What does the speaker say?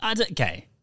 Okay